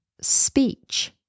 speech